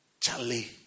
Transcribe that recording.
Charlie